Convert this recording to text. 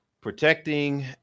protecting